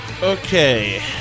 Okay